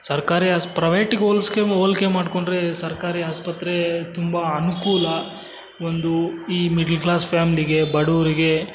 ಸರ್ಕಾರಿ ಆಸ್ ಪ್ರವೇಟಿಗೆ ಹೋಲ್ಸ್ ಹೋಲ್ಕೆ ಮಾಡಿಕೊಂಡ್ರೆ ಸರ್ಕಾರಿ ಆಸ್ಪತ್ರೇ ತುಂಬ ಅನುಕೂಲ ಒಂದು ಈ ಮಿಡ್ಲ್ ಕ್ಲಾಸ್ ಫ್ಯಾಮಿಲಿಗೆ ಬಡವ್ರಿಗೆ